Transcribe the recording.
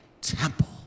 temple